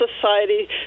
Society